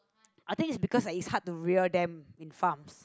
I think it's because it's hard to rear them in farms